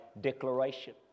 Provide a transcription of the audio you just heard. declaration